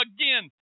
again